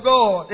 God